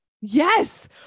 yes